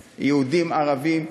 יהודים, ערבים,